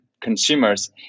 consumers